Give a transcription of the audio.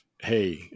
Hey